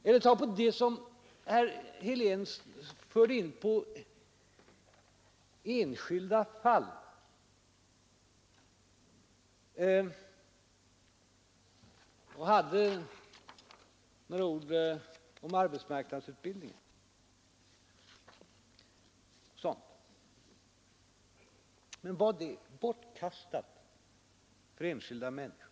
Vi kan ta det som herr Helén anförde om arbetsmarknadsutbildningen. Innebär utbyggnaden av arbetsmarknadsutbildningen någonting bortkastat för enskilda människor?